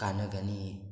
ꯀꯥꯟꯅꯒꯅꯤ